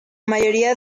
mayoría